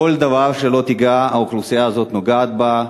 כל דבר שלא תיגע, האוכלוסייה הזאת נוגעת בו.